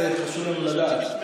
זה חשוב לנו לדעת.